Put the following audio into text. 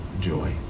joy